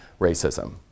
racism